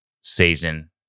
season